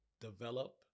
develop